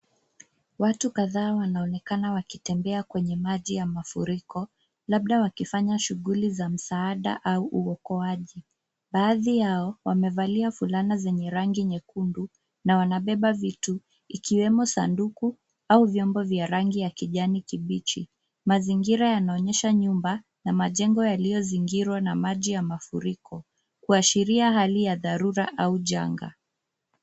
Watu kadhaa wanaonekana wakitembea kwenye maji ya mafuriko, labda wakifanya shughuli za msaada au uokoaji. Baadhi yao wamevalia fulana zenye nyekundu na wanabeba vitu ikiwemo sanduku, au vyombo vya rangi ya kijani kibichi. Mazingira yanaonyesha nyumba na majengo yaliozingirwa na maji ya mafuriko, kuashiria hali ya dharura au janga.